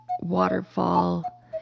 waterfall